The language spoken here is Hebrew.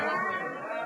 אני אשיב לך.